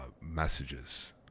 messages